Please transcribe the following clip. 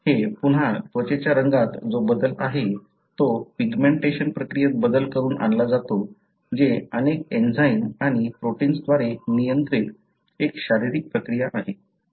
हे पुन्हा त्वचेच्या रंगात जो बदल आहे तो पिग्मेंटेशन प्रक्रियेत बदल करून आणला जातो जे अनेक एंजाइम आणि प्रोटिन्सद्वारे नियंत्रित एक शारीरिक प्रक्रिया आहे